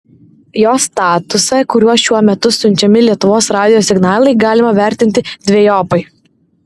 jo statusą kuriuo šiuo metu siunčiami lietuvos radijo signalai galima vertinti dvejopai